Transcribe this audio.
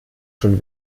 schon